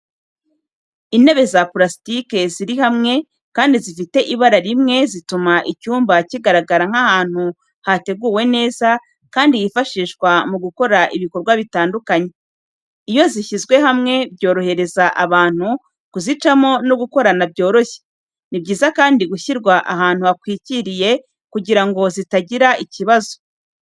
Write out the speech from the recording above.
Intebe za purasitike ziri hamwe kandi zifite ibara rimwe, zituma icyumba kigaragara nk'ahantu hateguwe neza kandi hifashishwa mu gukora ibikorwa bitandukanye. Iyo zishyizwe hamwe byorohereza abantu kuzicamo no gukorana byoroshye. Ni byiza kandi gushyirwa ahantu hatwikiriye kugira ngo zitagira ikibazo.